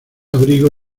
abrigo